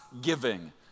giving